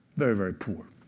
very, very poor.